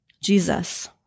Jesus